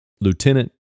Lieutenant